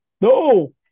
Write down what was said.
No